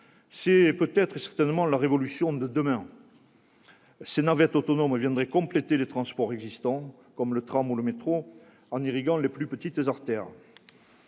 C'est certainement la révolution de demain ! Ces navettes autonomes viendraient compléter les transports existants, comme le tram ou le métro, en irriguant les plus petites artères.